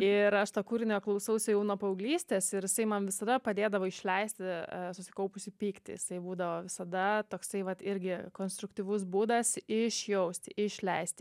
ir aš tą kūrinio klausausi jau nuo paauglystės ir jisai man visada padėdavo išleisti susikaupusį pyktį jisai būdavo visada toksai vat irgi konstruktyvus būdas išjausti išleisti